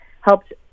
helped